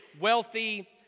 wealthy